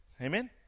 Amen